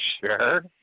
sure